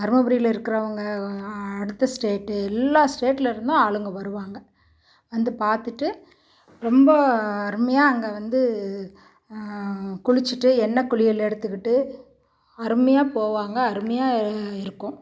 தருமபுரியில் இருக்கிறவங்க அடுத்த ஸ்டேட்டு எல்லா ஸ்டேட்டில் இருந்தும் ஆளுங்க வருவாங்க வந்து பார்த்துட்டு ரொம்ப அருமையாக அங்கே வந்து குளித்துட்டு எண்ணெய் குளியல் எடுத்துக்கிட்டு அருமையாக போவாங்க அருமையாக இருக்கும்